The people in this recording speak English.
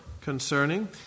concerning